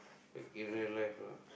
in real life lah